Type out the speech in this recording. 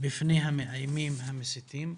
של המאיימים והמסיתים.